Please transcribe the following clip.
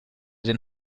den